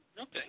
Okay